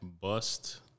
bust